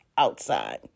Outside